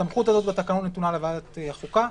הסמכות הזאת בתקנון נתונה לוועדת החוקה,